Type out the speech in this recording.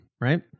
Right